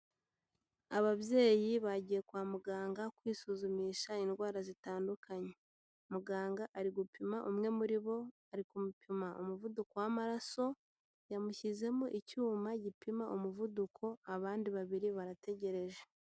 Ababyeyi bagiye kwa muganga kwisuzumisha indwara zitandukanye, muganga ari gupima umwe muri bo ari kumupima umuvuduko w'amaraso yamushyizemo icyuma gipima umuvuduko abandi babiri barategereje.